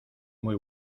muy